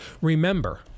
Remember